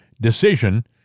decision